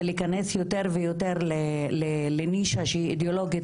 זה להיכנס יותר ויותר לנישה שהיא אידיאולוגית